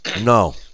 No